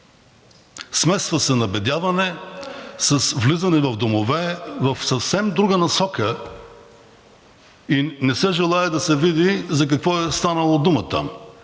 Смесва се набедяване с влизане в домове в съвсем друга насока и не се желае да се види за какво е станало дума там.